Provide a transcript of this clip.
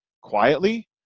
quietly